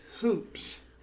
hoops